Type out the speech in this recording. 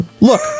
Look